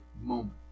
moment